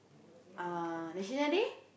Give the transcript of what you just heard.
uh National Day